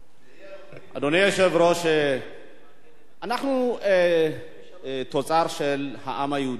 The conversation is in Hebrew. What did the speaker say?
אדוני היושב-ראש, אנחנו, תוצר של העם היהודי שסבל